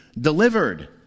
delivered